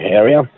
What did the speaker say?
area